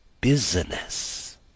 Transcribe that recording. business